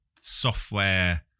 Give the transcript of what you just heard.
software